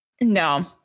no